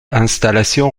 installation